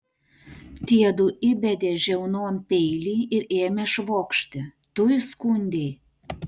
tiedu įbedė žiaunon peilį ir ėmė švokšti tu įskundei